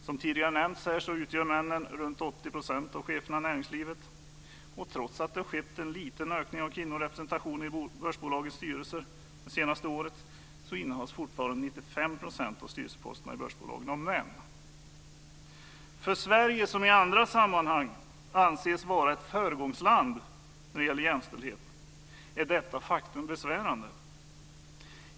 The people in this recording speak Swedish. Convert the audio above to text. Som tidigare har nämnts utgör männen runt 80 % av cheferna i näringslivet, och trots att det har skett en liten ökning av kvinnorepresentationen i börsbolagens styrelser det senaste året innehas fortfarande 95 % av styrelseposterna i börsbolagen av män. För Sverige som i andra sammanhang anses vara ett föregångsland när det gäller jämställdhet är detta faktum besvärande.